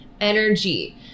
energy